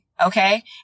Okay